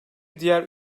diğer